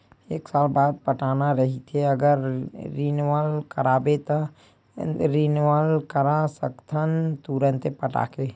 एक साल बाद पटाना रहिथे अगर रिनवल कराबे त रिनवल करा सकथस तुंरते पटाके